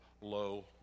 low